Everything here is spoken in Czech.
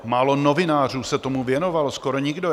Málo novinářů se tomu věnovalo, skoro nikdo.